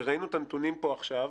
וראינו את הנתונים פה עכשיו